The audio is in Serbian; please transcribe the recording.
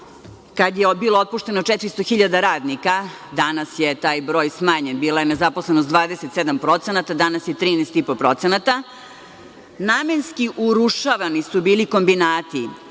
kada je bilo otpušteno 400.000 radnika, danas je taj broj smanjen, bila je nezaposlenost 27%, danas je 13,5%, namenski su bili urušavani kombinati,